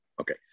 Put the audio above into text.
Okay